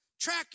track